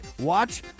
watch